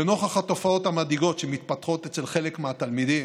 לנוכח התופעות המדאיגות שמתפתחות אצל חלק מהתלמידים,